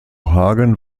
hagen